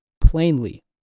plainly